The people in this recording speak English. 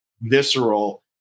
visceral